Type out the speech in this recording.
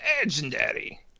legendary